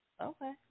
Okay